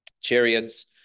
chariots